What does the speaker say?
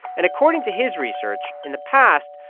and according to his research, in the past,